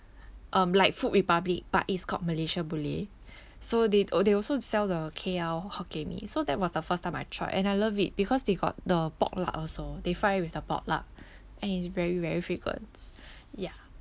um like food republic but it's called malaysia boleh so they al~ they also sell the K_L hokkien mee so that was the first time I tried and I love it because they got the pork lard also they fry with the pork lard and it's very very fragrant ya